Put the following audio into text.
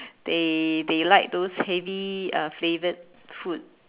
they they like those heavy uh flavoured food